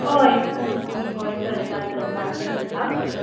हय चलता हय चलता चलता चलता